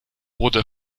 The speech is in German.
wurde